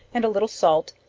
and a little salt,